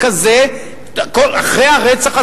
אדוני.